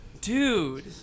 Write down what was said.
Dude